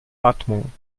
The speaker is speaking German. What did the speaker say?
atmung